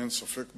אין ספק בעניין,